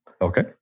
Okay